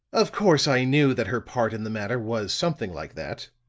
of course i knew that her part in the matter was something like that,